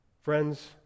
Friends